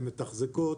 הן מתחזקות,